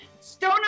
Stone